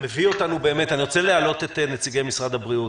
זה מביא אותנו אני רוצה להעלות את נציגי משרד הבריאות.